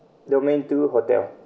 domain two hotel